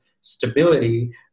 stability